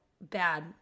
bad